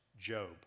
Job